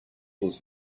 was